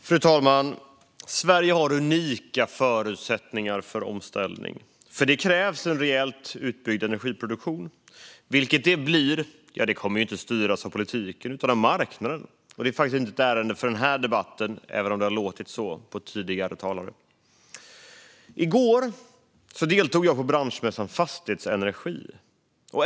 Fru talman! Sverige har unika förutsättningar för omställning. För det krävs en rejält utbyggd energiproduktion. Vilken det blir kommer inte att styras av politiken utan av marknaden. Det är faktiskt inte ett ärende för denna debatt, även om det har låtit så på tidigare talare. I går deltog jag på branschmässan Fastighetsenergi.